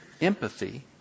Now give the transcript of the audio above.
empathy